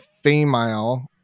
female